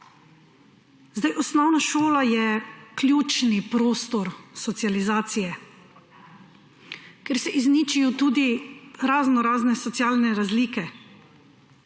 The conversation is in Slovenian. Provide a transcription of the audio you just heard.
vidimo. Osnovna šola je ključni prostor socializacije, ker se izničijo tudi raznorazne socialne razlike,